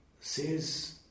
says